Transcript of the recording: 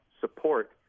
support